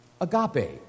agape